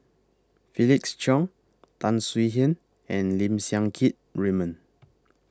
Felix Cheong Tan Swie Hian and Lim Siang Keat Raymond